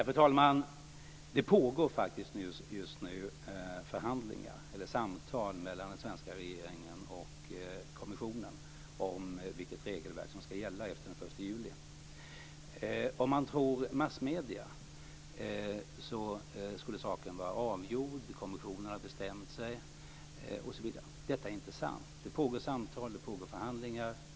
Fru talman! Just nu pågår förhandlingar, eller samtal, mellan den svenska regeringen och kommissionen om vilket regelverk som ska gälla efter den 1 juli. Om man tror massmedierna så skulle saken vara avgjord, kommissionen ha bestämt sig osv. Detta är inte sant. Det pågår samtal och förhandlingar.